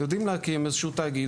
יודעים להקים איזשהו תאגיד,